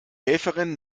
helferin